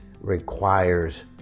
requires